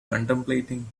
contemplating